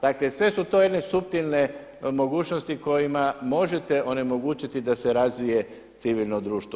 Dakle, sve su to jedne suptilne mogućnosti kojima možete onemogućiti da se razvije civilno društvo.